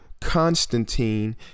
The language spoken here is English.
Constantine